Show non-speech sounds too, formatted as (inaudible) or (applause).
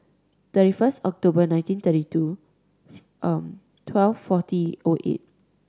thirty first October nineteen thirty two (hesitation) twelve forty O eight